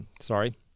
sorry